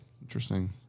Interesting